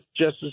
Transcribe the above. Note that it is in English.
Justice